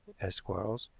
asked quarles.